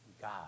God